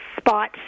spot